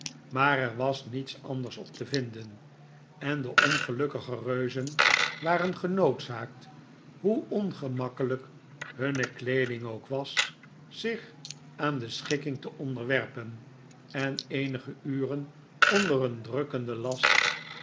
maar er was niets anders op te vinden en de ongelukkige reuzen waren genoodzaakt hoe ongemakkelijk hunne kleeding ook was zich aan de schik king te onderwerpen en oenige uren onder een drukkenden last